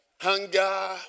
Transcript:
hunger